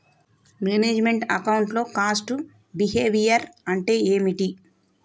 Manage meant account లో cost behaviour అంటే ఏమిటి?